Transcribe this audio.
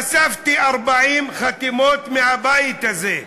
אספתי 40 חתימות בבית הזה,